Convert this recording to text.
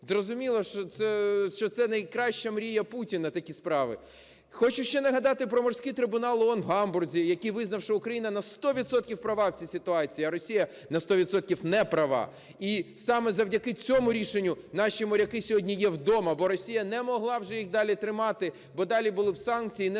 Зрозуміло, що це найкраща мрія Путіна, такі справи. Хочу ще нагадати про морський трибунал ООН в Гамбурзі який визнав, що Україна на 100 відсотків права в цій ситуації, а Росія на 100 відсотків не права. І саме завдяки цьому рішенню наші моряки сьогодні є вдома. Бо Росія не могла вже їх далі тримати, бо далі були б санкції і